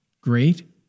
great